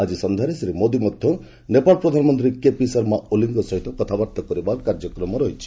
ଆଜି ସନ୍ଧ୍ୟାରେ ଶ୍ରୀ ମୋଦି ମଧ୍ୟ ନେପାଳ ପ୍ରଧାନମନ୍ତ୍ରୀ କେପି ଶର୍ମା ଓଲିଙ୍କ ସହ କଥାବାର୍ତ୍ତା କରିବାର କାର୍ଯ୍ୟକ୍ରମ ରହିଛି